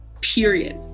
period